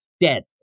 dead